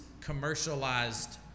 commercialized